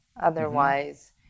Otherwise